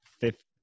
Fifth